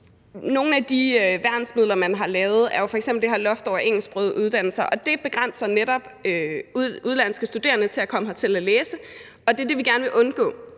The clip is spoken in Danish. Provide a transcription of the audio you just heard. Nogle af de værnsmidler, man har lavet, er jo f.eks. det her loft over engelsksprogede uddannelser, og det begrænser netop udenlandske studerende i forhold til at komme hertil og læse, og det er det, vi gerne vil undgå.